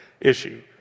issue